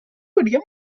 william